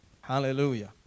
Hallelujah